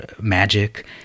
magic